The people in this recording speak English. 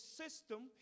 system